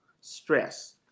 stress